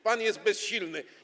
Pan jest bezsilny.